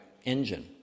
engine